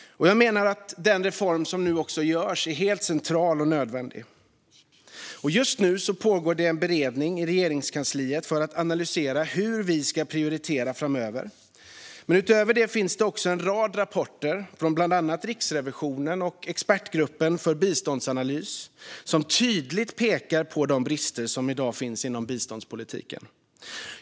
Jag menar att den reform som nu också görs är helt central och nödvändig. Just nu pågår en beredning i Regeringskansliet för att analysera hur vi ska prioritera framöver. Utöver detta finns det också en rad rapporter från bland andra Riksrevisionen och Expertgruppen för biståndsanalys som tydligt pekar på de brister som i dag finns inom biståndspolitiken.